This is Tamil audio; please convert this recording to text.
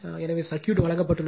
எனவே சர்க்யூட் வழங்கப்பட்டுள்ளது